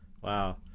Wow